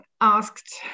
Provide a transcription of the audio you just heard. asked